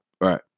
right